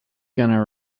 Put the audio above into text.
gonna